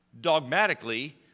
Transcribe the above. dogmatically